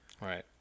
Right